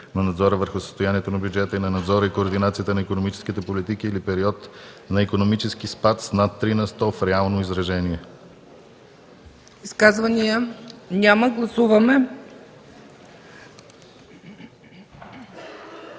на надзора върху състоянието на бюджета и на надзора и координацията на икономическите политики или период на икономически спад с над 3 на сто в реално изражение.” ПРЕДСЕДАТЕЛ